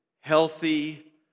healthy